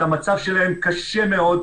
המצב שלהם קשה מאוד.